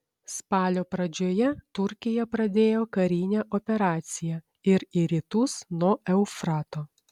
spalio pradžioje turkija pradėjo karinę operaciją ir į rytus nuo eufrato